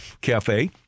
cafe